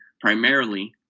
primarily